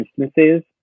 instances